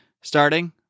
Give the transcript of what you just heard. starting